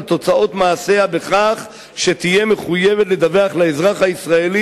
תוצאות מעשיה בכך שתהיה מחויבת לדווח לאזרח הישראלי,